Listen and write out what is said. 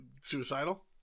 suicidal